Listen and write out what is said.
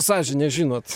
sąžinė žinot